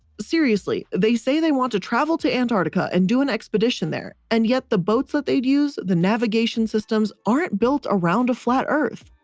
seriously, they say they want to travel to antarctica and do an expedition there. and yet the boats that they'd use the navigation systems aren't built around a flat earth.